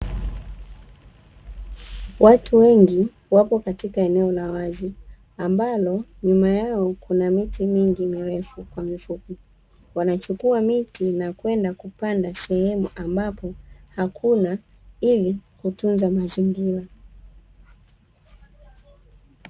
Watu wengi wapo katika eneo la wazi ambalo nyuma yao kuna miti mingi mirefu kwa mifupi, wanachukua miti na kwenda kupanda sehemu ambapo hakuna ili kutunza mazingira.